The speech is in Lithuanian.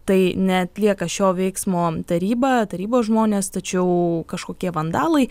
tai neatlieka šio veiksmo taryba tarybos žmonės tačiau kažkokie vandalai